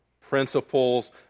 principles